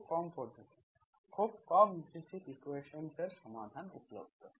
খুব কম পদ্ধতি খুব কম ইমপ্লিসিট ইকুয়েশন্স এর সমাধান উপলব্ধ